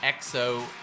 EXO